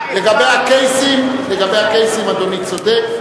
לגבי הקייסים אדוני צודק.